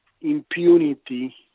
impunity